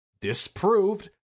disproved